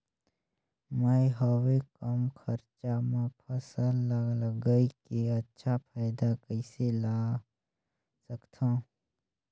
मैं हवे कम खरचा मा फसल ला लगई के अच्छा फायदा कइसे ला सकथव?